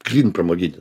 gryn pramoginis